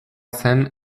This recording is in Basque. zen